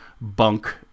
bunk